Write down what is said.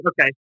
okay